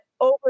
over